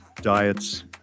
diets